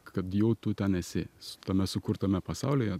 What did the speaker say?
kad jo tu ten esi tame sukurtame pasaulyje